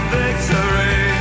victory